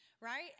Right